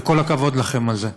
וכל הכבוד לכם על זה,